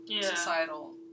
societal